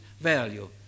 value